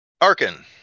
Arkin